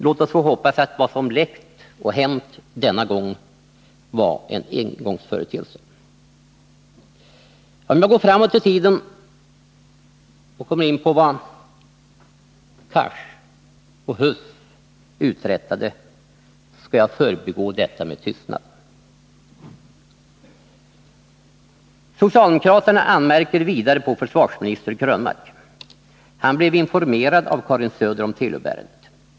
Låt oss få hoppas att vad som läckt ut och hänt denna gång var en engångsföreteelse. Om vi sedan ser till vad Hadar Cars och Erik Huss uträttade, så skall jag förbigå det med tystnad. Socialdemokraterna anmärker vidare på försvarsminister Krönmark. Han blev informerad av Karin Söder om Telub-ärendet.